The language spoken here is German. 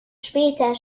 später